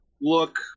look